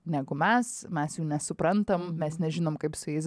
negu mes mes jų nesuprantam mes nežinom kaip su jais